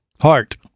Heart